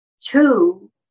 two